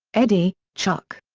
eddy, chuck.